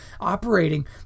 operating